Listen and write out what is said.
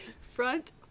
Front